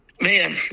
Man